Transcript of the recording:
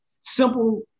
Simple